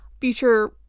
future